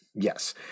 Yes